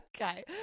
Okay